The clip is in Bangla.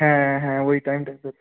হ্যাঁ হ্যাঁ ওই টাইমটাই তো